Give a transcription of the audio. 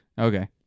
Okay